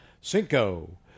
Cinco